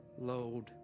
load